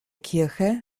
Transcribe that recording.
kirche